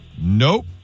Nope